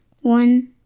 one